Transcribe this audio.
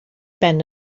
ben